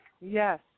Yes